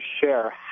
share